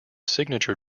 signature